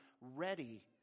ready